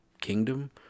Kingdom